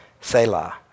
Selah